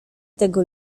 tego